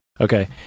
Okay